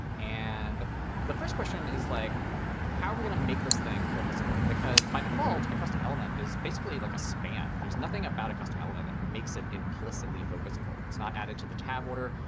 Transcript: and the first question is like how are we going to make this thing focusable? because, by default, a custom element is basically like a span. there's nothing about a custom element that makes it implicitly focusable. it's not added to the tab order,